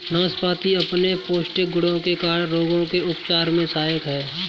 नाशपाती अपने पौष्टिक गुणों के कारण रोगों के उपचार में सहायक है